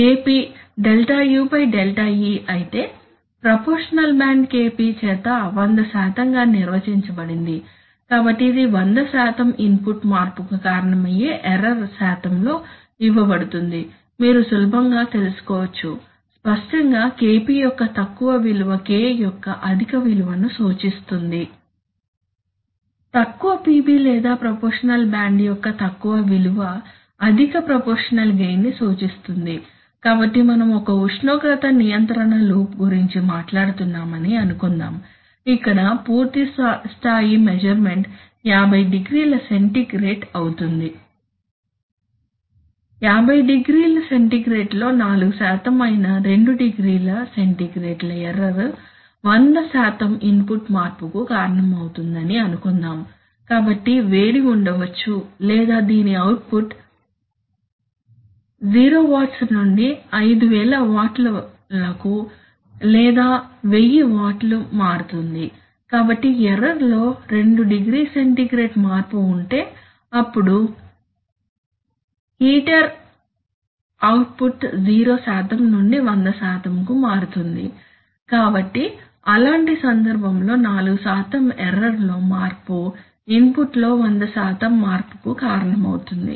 Kp Δu Δe అయితే proportional band KP చేత వంద శాతంగా నిర్వచించబడింది కాబట్టి ఇది 100 ఇన్పుట్ మార్పుకు కారణమయ్యే ఎర్రర్ శాతం లో ఇవ్వబడుతుంది మీరు సులభంగా తెలుసుకోవచ్చు స్పష్టంగా Kp యొక్క తక్కువ విలువ K యొక్క అధిక విలువను సూచిస్తుంది తక్కువ PB లేదా ప్రపోర్షషనల్ బ్యాండ్ యొక్క తక్కువ విలువ అధిక ప్రపోర్షషనల్ గెయిన్ ని సూచిస్తుంది కాబట్టి మనం ఒక ఉష్ణోగ్రత నియంత్రణ లూప్ గురించి మాట్లాడుతున్నామని అనుకుందాం ఇక్కడ పూర్తి స్థాయి మెస్సుర్మెంట్ 50 డిగ్రీల సెంటీగ్రేడ్ అవుతుంది 500C లో 4 అయిన 20C ల ఎర్రర్ 100 ఇన్పుట్ మార్పుకు కారణమవుతుందని అనుకుందాం కాబట్టి వేడి ఉండవచ్చు లేదా దీని అవుట్పుట్ 0W నుండి 5000W లకు లేదా 1000W మారుతుంది కాబట్టి ఎర్రర్ లో 20C మార్పు ఉంటే అప్పుడు హీటర్ అవుట్పుట్ 0 నుండి 100 వరకు మారుతుంది కాబట్టి అలాంటి సందర్భంలో 4 ఎర్రర్ లో మార్పు ఇన్పుట్లో 100 మార్పుకు కారణమవుతుంది